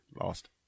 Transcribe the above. Lost